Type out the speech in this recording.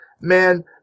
man